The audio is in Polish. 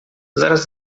zaraz